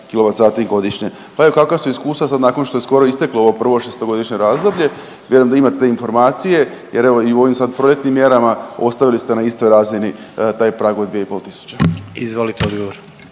kWh godišnje. Pa evo kakva su iskustva sad nakon što je skoro isteklo ovo prvo 6-godišnje razdoblje, vjerujem da imate informacije jer evo i u ovim sad projektnim mjerama ostavili ste na istoj razini taj prag od 2500. **Jandroković,